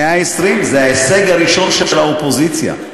זה ההישג הראשון של הממשלה.